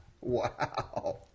Wow